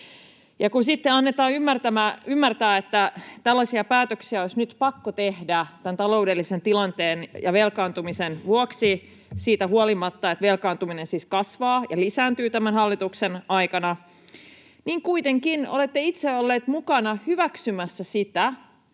annetaan ymmärtää, että tällaisia päätöksiä olisi nyt pakko tehdä tämän taloudellisen tilanteen ja velkaantumisen vuoksi — siitä huolimatta, että velkaantuminen siis kasvaa ja lisääntyy tämän hallituksen aikana — niin kuitenkin olette itse olleet mukana hyväksymässä sitä,